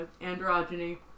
androgyny